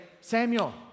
Samuel